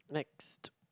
next